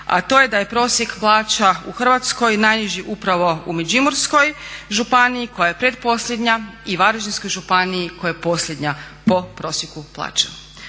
a to je da je prosjek plaća u Hrvatskoj najniži upravo u Međimurskoj županiji koja je pretposljednja i Varaždinskoj županiji koja je posljednja po prosjeku plaća.